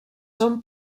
són